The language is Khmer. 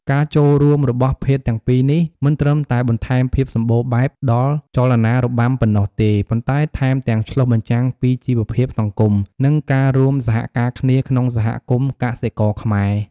ការចូលរួមរបស់ភេទទាំងពីរនេះ មិនត្រឹមតែបន្ថែមភាពសម្បូរបែបដល់ចលនារបាំប៉ុណ្ណោះទេ ប៉ុន្តែថែមទាំងឆ្លុះបញ្ចាំងពីជីវភាពសង្គម និងការរួមសហការគ្នាក្នុងសហគមន៍កសិករខ្មែរ។